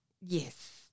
Yes